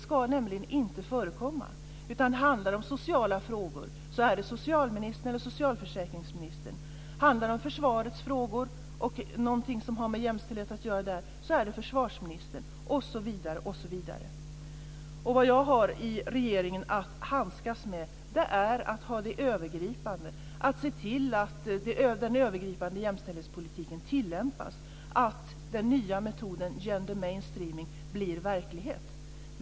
Sådant ska inte förekomma. Handlar det om sociala frågor är det socialministern eller socialförsäkringsministern som är ansvarig för jämställdheten. Handlar det om försvaret och någonting som har med jämställdhet att göra där är det försvarsministern som är ansvarig. Vad jag har att handskas med i regeringen är att se till att den övergripande jämställdhetspolitiken tilllämpas och att den nya metoden gender mainstreaming blir verklighet.